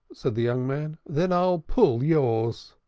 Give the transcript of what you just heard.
said the young man. then i'll pull yours.